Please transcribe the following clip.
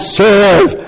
serve